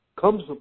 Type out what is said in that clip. comes